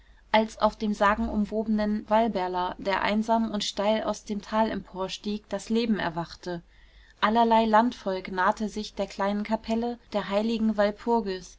als auf dem sagenumwobenen walberla der einsam und steil aus dem tal emporstieg das leben erwachte allerlei landvolk nahte sich der kleinen kapelle der heiligen walpurgis